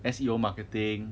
S_E_O marketing